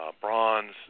bronze